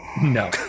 no